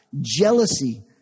jealousy